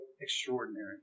extraordinary